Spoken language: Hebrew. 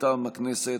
מטעם הכנסת,